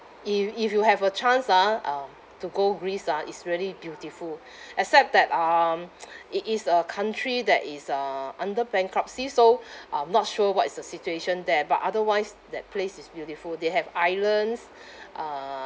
if if you have a chance ah um to go greece ah is really beautiful except that um it is a country that is uh under bankruptcy so um not sure what is the situation there but otherwise that place is beautiful they have islands uh